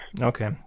okay